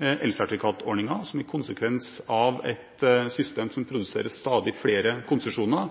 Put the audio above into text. elsertifikatordningen, som en konsekvens av et system som